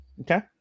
okay